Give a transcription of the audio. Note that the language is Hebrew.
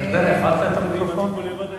ומשרד הפנים אישר, והכול כמו שצריך,